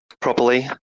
properly